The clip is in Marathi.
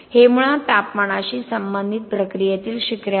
हे मुळात तापमानाशी संबंधित प्रक्रियेतील शिखरे आहेत